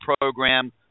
program